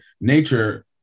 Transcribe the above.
nature